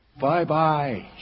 Bye-bye